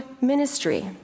ministry